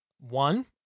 one